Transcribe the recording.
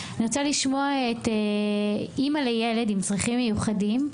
לשמוע אימא לילד עם צרכים מיוחדים.